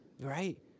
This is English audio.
right